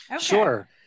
sure